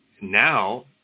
now